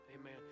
Amen